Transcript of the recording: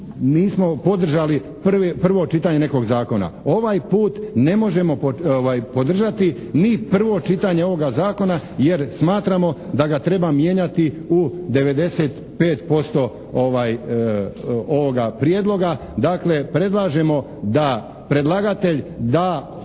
nismo podržali prvo čitanje nekog zakona. Ovaj put ne možemo podržati ni prvo čitanje ovoga zakona jer smatramo da ga treba mijenjati u 95% ovoga prijedloga. Dakle predlažemo da predlagatelj da